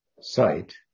sight